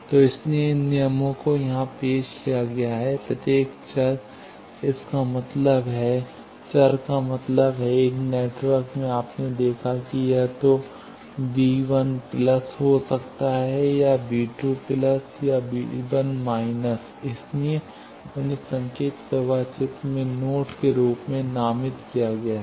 तो इसीलिए इन नियमों को यहां पेश किया गया है प्रत्येक चर इसका मतलब है चर का मतलब है एक नेटवर्क में आपने देखा है कि यह या तो हो सकता है या या इसलिए उन्हें संकेत प्रवाह चित्र में नोड के रूप में नामित किया गया है